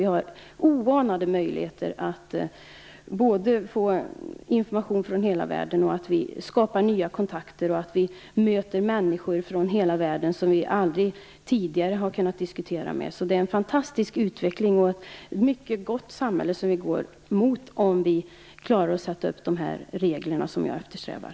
Vi har oanade möjligheter att få information från hela världen, skapa nya kontakter och möta människor från hela världen som vi aldrig tidigare har kunnat diskutera med. Det är en fantastisk utveckling, och vi går mot ett mycket gott samhälle om vi klarar att sätta upp de regler som jag eftersträvar.